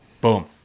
Boom